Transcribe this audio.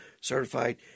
certified